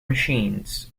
machines